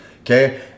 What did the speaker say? Okay